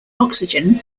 oxygen